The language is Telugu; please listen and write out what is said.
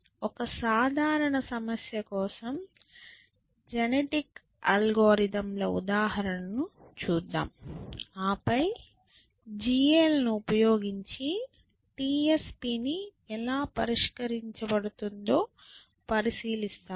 ఒక సాధారణ సమస్య కోసం జెనెటిక్ అల్గోరిథం ల ఉదాహరణను చూద్దాం ఆపై GA లను ఉపయోగించి TSP ఎలా పరిష్కరించబడుతుందో పరిశీలిస్తాము